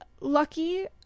lucky